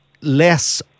less